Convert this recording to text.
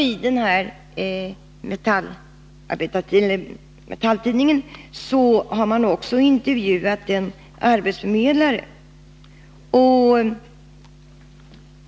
I den här tidningen återger man också en intervju med en arbetsförmedlare.